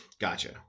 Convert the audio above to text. gotcha